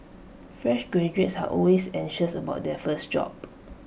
fresh graduates are always anxious about their first job